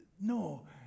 no